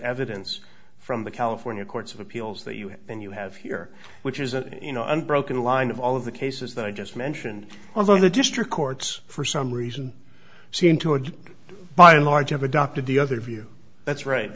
evidence from the california courts of appeals that you have then you have here which is an you know unbroken line of all of the cases that i just mentioned although the district courts for some reason seem to and by and large have adopted the other view that's right